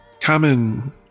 common